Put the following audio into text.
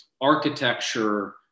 architecture